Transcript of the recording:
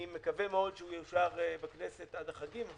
אני מקווה מאוד שהוא יאושר בכנסת עד החגים,